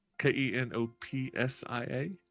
K-E-N-O-P-S-I-A